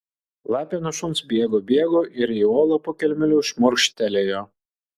lapė nuo šuns bėgo bėgo ir į olą po kelmeliu šmurkštelėjo